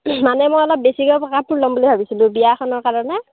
মানে মই অলপ বেছিকৈ কাপোৰ ল'ম বুলি ভাবিছিলোঁ বিয়াখনৰ কাৰণে